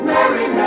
Merry